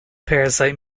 parasite